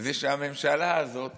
זה שהממשלה הזאת